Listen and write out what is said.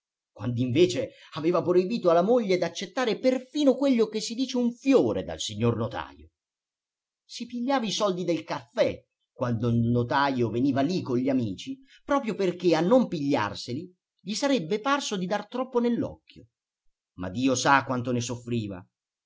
denora quand'invece aveva proibito alla moglie d'accettare perfino quello che si dice un fiore dal signor notajo si pigliava i soldi del caffè quando il notajo veniva lì con gli amici proprio perché a non pigliarseli gli sarebbe parso di dar troppo nell'occhio ma dio sa quanto ne soffriva